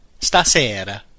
Stasera